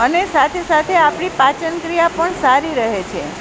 અને સાથે સાથે આપણી પાચન ક્રિયા પણ સારી રહે છે